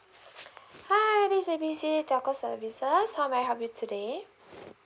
hi this is A B C telco services how may I help you today